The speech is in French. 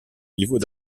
niveaux